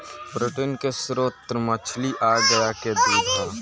protein के स्त्रोत मछली आ गाय के दूध ह